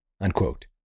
unquote